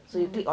mm